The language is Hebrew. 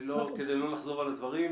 כדי לא לחזור על הדברים.